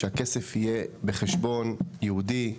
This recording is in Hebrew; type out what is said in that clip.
שהכסף יהיה בחשבון ייעודי,